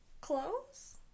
clothes